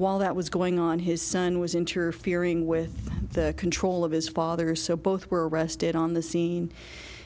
while that was going on his son was interfering with the control of his father so both were arrested on the scene